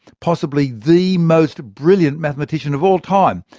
possibly the most brilliant mathematician of all time,